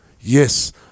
Yes